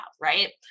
right